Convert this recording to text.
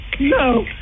no